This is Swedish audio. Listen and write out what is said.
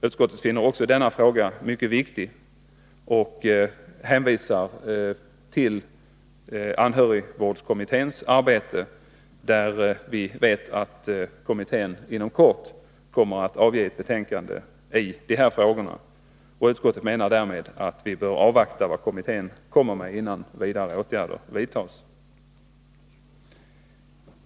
Utskottet finner också denna fråga mycket viktig och hänvisar till anhörigvårdskommitténs arbete. Vi vet att den kommittén inom kort kommer att avge ett betänkande i dessa frågor. Utskottet menar därför att vi bör avvakta resultatet av kommitténs arbete innan vidare åtgärder vidtas.